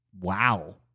wow